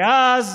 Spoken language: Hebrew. ואז